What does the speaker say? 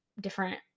different